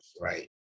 right